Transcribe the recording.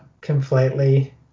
completely